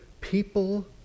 people